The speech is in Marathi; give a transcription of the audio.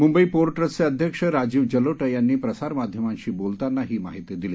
मुंबई पोर्ट ट्रस्टचे अध्यक्ष राजीव जलोटा यांनी प्रसार माध्यमांशी बोलताना ही माहिती दिली